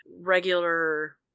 regular